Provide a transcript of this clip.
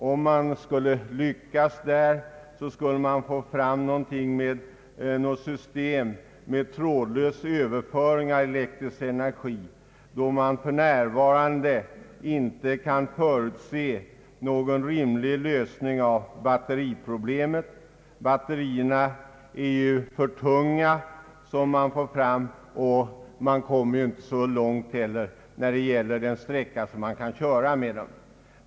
Om man skall lyckas, måste man få fram ett system med trådlös överföring av elektrisk energi, då man för närvarande inte kan förutse någon rimlig lösning av batteriproblemet. Batterierna är för tunga, och man kan heller inte köra någon längre sträcka med dem.